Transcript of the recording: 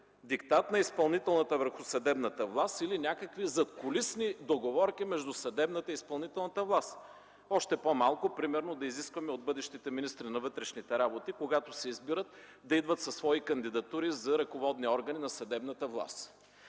диктат на изпълнителната върху съдебната власт или някакви задкулисни договорки между съдебната и изпълнителната власт. Още по-малко, примерно да изискваме от бъдещите министри на вътрешните работи, когато се избират, да идват със свои кандидатури за свои ръководни органи на съдебната власт.